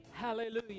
Hallelujah